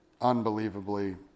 unbelievably